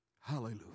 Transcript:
Hallelujah